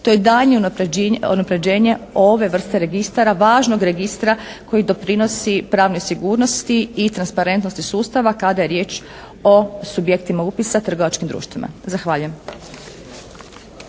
to je daljnje unapređenje ove vrste registara, važnog registra koji doprinosi pravnoj sigurnosti i transparentnosti sustava kada je riječ o subjektima upisa u trgovačkim društvima. Zahvaljujem.